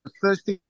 first